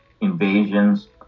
invasions